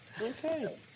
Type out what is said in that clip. Okay